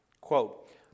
Quote